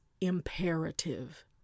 imperative